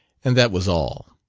and that was all.